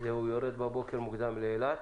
הוא יורד בבוקר מוקדם לאילת,